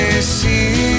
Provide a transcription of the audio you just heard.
see